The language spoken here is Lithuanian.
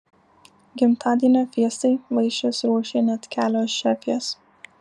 gimtadienio fiestai vaišes ruošė net kelios šefės